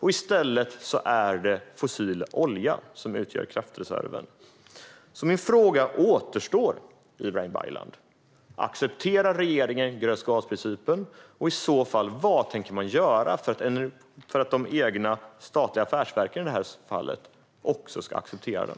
I stället är det fossil olja som utgör kraftreserven. Mina frågor återstår därför, Ibrahim Baylan: Accepterar regeringen grön-gas-principen? Och vad tänker man i så fall göra för att de egna statliga affärsverken, i det här fallet, också ska acceptera den?